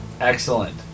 Excellent